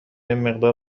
مقدار